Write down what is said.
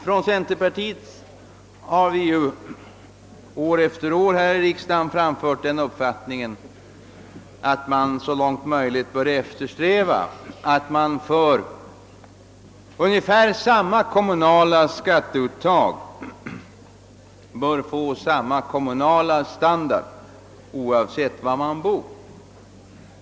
Från centerpartiet har vi här i riksdagen år efter år framfört den uppfattningen, att man så långt möjligt bör eftersträva, att man för ungefär samma kommunala skatteuttag bör få samma kommunala standard oavsett var man bor.